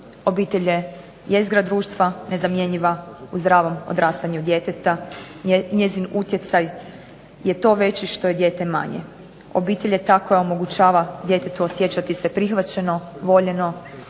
Obitelj je jezgra društva, nezamjenjiva u zdravom odrastanju djeteta, njezin utjecaj je to veći što je dijete manje. Obitelj je ta koja omogućava djetetu osjećati se prihvaćeno, voljeno,